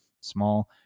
small